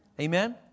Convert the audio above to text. Amen